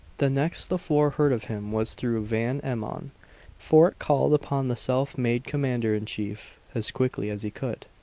the next the four heard of him was through van emmon fort called upon the self-made commander-in-chief as quickly as he could.